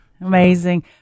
Amazing